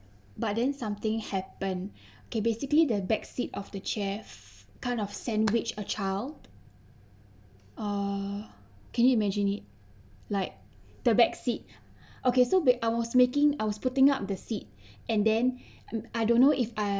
but then something happened okay basically the back seat of the chairs kind of sandwiched a child uh can you imagine it like the back seat okay so I was making I was putting up the seat and then I don't know if I